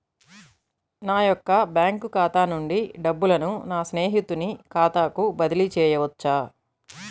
నా యొక్క బ్యాంకు ఖాతా నుండి డబ్బులను నా స్నేహితుని ఖాతాకు బదిలీ చేయవచ్చా?